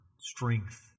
strength